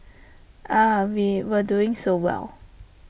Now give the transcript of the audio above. ah we were doing so well